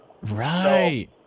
Right